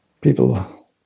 people